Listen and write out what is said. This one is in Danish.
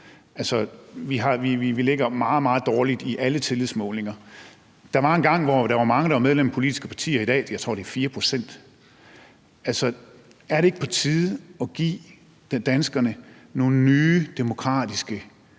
jo meget, meget dårligt i alle tillidsmålinger. Der var engang, hvor der var mange, der var medlemmer af politiske partier, i dag tror jeg det er 4 pct. Er det ikke på tide at give danskerne nogle nye demokratiske